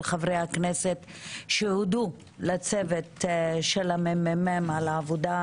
חברי הכנסת שהודו לצוות של המ.מ.מ על העבודה